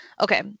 okay